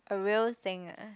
a real thing ah